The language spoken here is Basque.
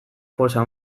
poza